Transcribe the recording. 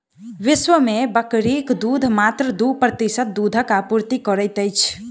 विश्व मे बकरीक दूध मात्र दू प्रतिशत दूधक आपूर्ति करैत अछि